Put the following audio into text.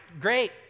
great